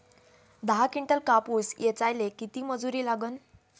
दहा किंटल कापूस ऐचायले किती मजूरी लागन?